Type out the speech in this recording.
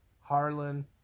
Harlan